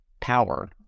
power